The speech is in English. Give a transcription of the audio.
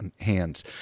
hands